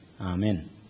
Amen